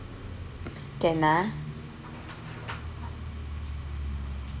can ah